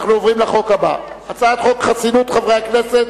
אנחנו עוברים לחוק הבא: הצעת חוק חסינות חברי הכנסת,